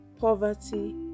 poverty